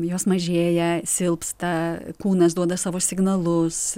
jos mažėja silpsta kūnas duoda savo signalus